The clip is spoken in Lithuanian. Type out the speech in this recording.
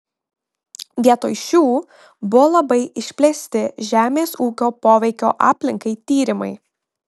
vietoj šių buvo labai išplėsti žemės ūkio poveikio aplinkai tyrimai